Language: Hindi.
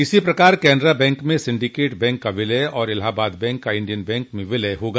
इसी प्रकार कनरा बैंक में सिंडीकेट बैंक का विलय और इलाहाबाद बैंक का इंडियन बैंक में विलय होगा